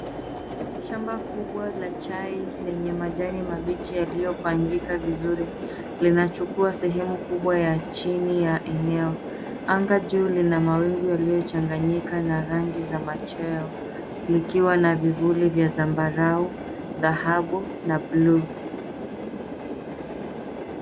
Shamba kuba la chai lenye majani mabichi yaliyopangika vizuri linachukua sehemu kubwa ya chini ya eneo. Anga juu lina mawingu yaliyochanganyika na rangi za macheo likiwa na vivuli vya zambarau, dhahabu na buluu.